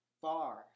far